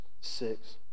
six